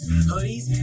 Hoodies